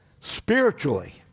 spiritually